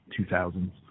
2000s